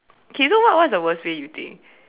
okay so what what's the worst way you think